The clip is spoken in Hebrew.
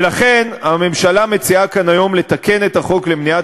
ולכן הממשלה מציעה כאן היום לתקן את החוק למניעת